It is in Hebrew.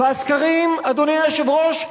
אדוני היושב-ראש,